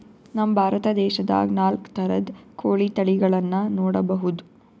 ನಮ್ ಭಾರತ ದೇಶದಾಗ್ ನಾಲ್ಕ್ ಥರದ್ ಕೋಳಿ ತಳಿಗಳನ್ನ ನೋಡಬಹುದ್